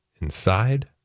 inside